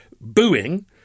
booing